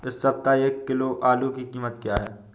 इस सप्ताह एक किलो आलू की कीमत क्या है?